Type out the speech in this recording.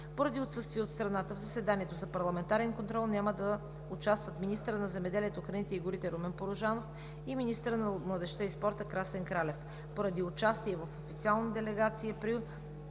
Поради отсъствие от страната в заседанието за парламентарен контрол няма да участват министърът на земеделието, храните и горите Румен Порожанов и министърът на младежта и спорта Красен Кралев. Поради участие в официалната делегация при